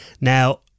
Now